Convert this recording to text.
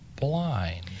blind